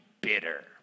bitter